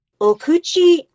Okuchi